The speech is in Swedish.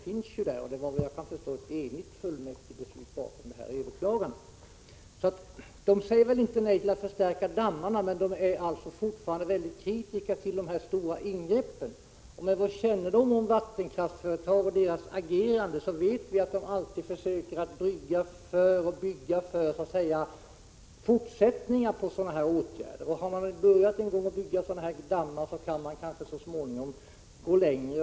såvitt jag kan förstå ligger ett enigt fullmäktigebeslut bakom överklagandet. Ånge kommun säger väl inte nej till att förstärka dammarna, men man är väldigt kritisk till dessa stora ingrepp. Med vår kännedom om vattenkraftsföretag och deras agerande vet vi att de alltid försöker bygga med tanke på fortsatta åtgärder av det här slaget. Har man en gång börjat bygga sådana här dammar kan man kanske så småningom gå längre.